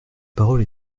parole